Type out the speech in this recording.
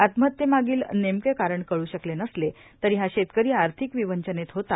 आत्महत्ये मागील नेमके कारण कळू शकले नसले हा शेतकरी आर्थिक विवंचनेत होता